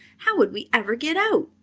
how would we ever get out?